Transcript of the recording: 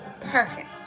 Perfect